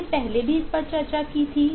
हमने पहले भी इस पर चर्चा की थी